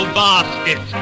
basket